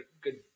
good